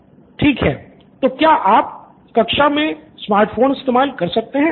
student 1 ठीक है तो क्या आप कक्षा में स्मार्ट फोन इस्तेमाल कर सकते है